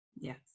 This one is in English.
Yes